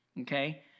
okay